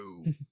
No